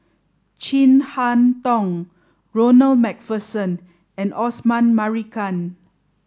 Chin Harn Tong Ronald MacPherson and Osman Merican